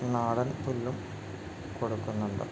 നാടൻ പുല്ലും കൊടുക്കുന്നുണ്ട്